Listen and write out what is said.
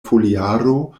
foliaro